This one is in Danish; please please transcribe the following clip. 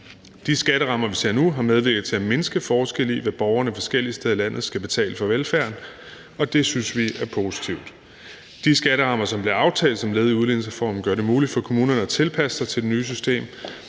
De skatterammer, vi ser nu, har medvirket til at mindske forskellen på, hvad borgerne forskellige steder i landet skal betale for velfærden, og det synes vi er positivt. De skatterammer, som blev aftalt som led i udligningsreformen, gør det muligt for kommunerne at tilpasse sig det nye system.